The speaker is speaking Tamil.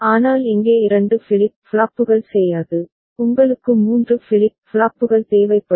ஆனால் இங்கே 2 ஃபிளிப் ஃப்ளாப்புகள் செய்யாது உங்களுக்கு 3 ஃபிளிப் ஃப்ளாப்புகள் தேவைப்படும்